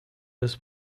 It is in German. des